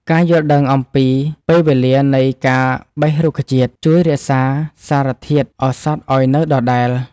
ការយល់ដឹងអំពីពេលវេលានៃការបេះរុក្ខជាតិ ជួយរក្សាសារធាតុឱសថឱ្យនៅដដែល។